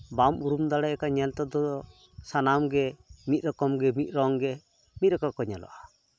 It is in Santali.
ᱵᱟᱢ ᱫᱟᱲᱮᱭᱟᱠᱚᱣᱟ ᱧᱮᱞ ᱛᱮᱫᱚ ᱥᱟᱱᱟᱢᱜᱮ ᱢᱤᱫ ᱨᱚᱠᱚᱢᱜᱮ ᱢᱤᱫ ᱨᱚᱝᱜᱮ ᱢᱤᱫ ᱨᱚᱠᱚᱢ ᱠᱚ ᱧᱮᱞᱚᱜᱼᱟ